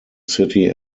city